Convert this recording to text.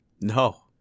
No